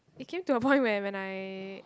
it came to a point where when I